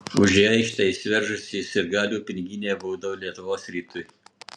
už į aikštę įsiveržusį sirgalių piniginė bauda lietuvos rytui